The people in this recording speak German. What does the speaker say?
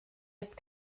ist